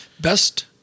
Best